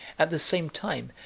at the same time,